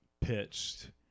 pitched